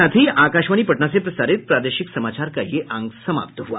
इसके साथ ही आकाशवाणी पटना से प्रसारित प्रादेशिक समाचार का ये अंक समाप्त हुआ